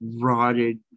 rotted